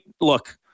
Look